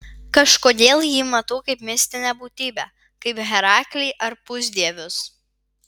kažkodėl jį matau kaip mistinę būtybę kaip heraklį ar pusdievius